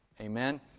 Amen